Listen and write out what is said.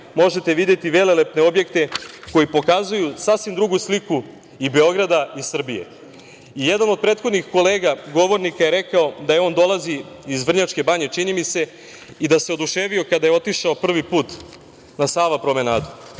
možete videti velelepne objekte koji pokazuju sasvim drugu sliku i Beograda i Srbije. Jedan od prethodnih kolega govornika je rekao da on dolazi iz Vrnjačke Banje, čini mi se, i da se oduševio kada je otišao prvi put na Sava promenadu. Poštovani